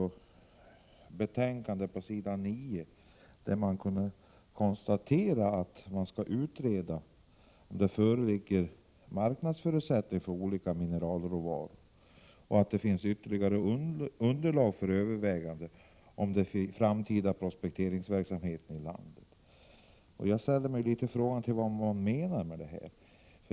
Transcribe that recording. I betänkandet på s. 9 står att det senare — när resultat föreligger från utredningen om marknadsförutsättningarna för olika mineralråvaror — kommer att finnas ytterligare underlag för överväganden om den framtida prospekteringsverksamheten i landet. Jag ställer mig litet frågande till vad man menar med detta.